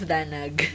Danag